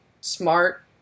smart